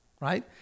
Right